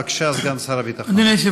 בבקשה, סגן שר הביטחון.